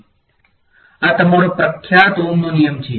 ઓહ્મનો નિયમ આ તમારો પ્રખ્યાત ઓહ્મનો નિયમ છે